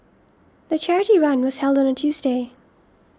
the charity run was held on a Tuesday